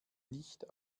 nicht